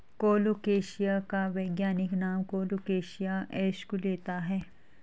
colocasia का वैज्ञानिक नाम कोलोकेशिया एस्कुलेंता होता है